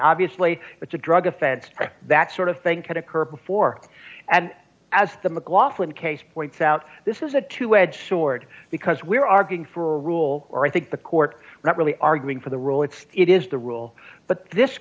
obviously it's a drug offense that sort of thing could occur before and as the mclaughlin case points out this is a two edged sword because we're arguing for a rule or i think the court not really arguing for the rule it's it is the rule but this